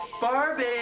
Barbie